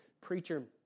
preacher